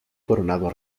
coronado